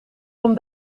kom